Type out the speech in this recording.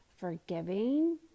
forgiving